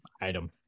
item